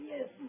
Yes